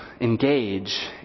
engage